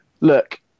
look